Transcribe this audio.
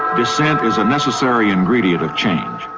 dissent is a necessary ingredient of change,